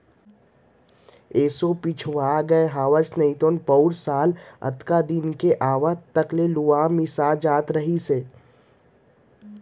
एसो पिछवा गए हँव नइतो पउर साल अतका दिन के आवत ले लुवा मिसा जात रहिस